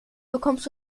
bekommst